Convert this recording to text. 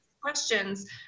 questions